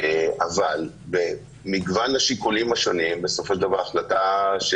אבל במגוון השיקולים השונים בסופו של דבר ההחלטה של